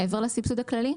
מעבר לסבסוד הכללי,